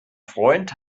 freund